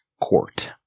court